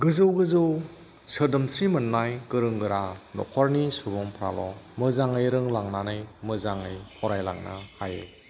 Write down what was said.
गोजौ गोजौ सोदोमस्रि मोननाय गोरों गोरा न'खरनि सुबुंफ्राल' मोजाङै रोंलांनानै मोजाङै फरायलांनो हायो